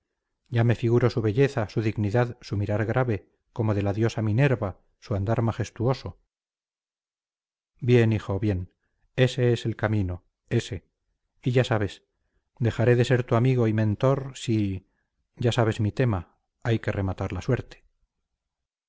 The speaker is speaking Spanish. ya me figuro su belleza su dignidad su mirar grave como de la diosa minerva su andar majestuoso bien hijo bien ese es el camino ése y ya sabes dejaré de ser tu amigo y mentor si ya sabes mi tema hay que rematar la suerte